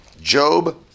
Job